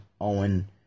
Owen